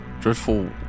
Dreadful